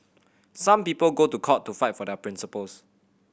some people go to court to fight for their principles